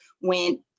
went